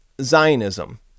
Zionism